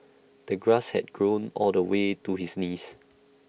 the grass had grown all the way to his knees